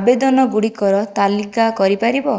ଆବେଦନ ଗୁଡ଼ିକର ତାଲିକା କରିପାରିବ